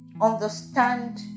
understand